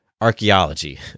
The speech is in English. archaeology